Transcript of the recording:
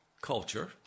culture